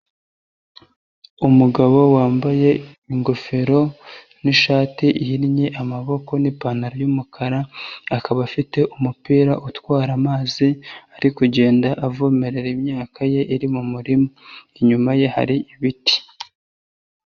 Umugabo wambaye ingofero n'ishati ihinnye amaboko n'ipantaro y'umukara, akaba afite umupira utwara amazi ari kugenda avomerera imyaka ye iri mu murima. Inyuma ye hari ibiti.